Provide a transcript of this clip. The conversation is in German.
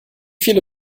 viele